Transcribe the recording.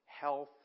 health